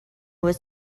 was